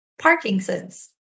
Parkinsons